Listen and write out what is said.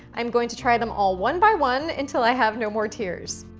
i'm going to try them all, one by one, until i have no more tears.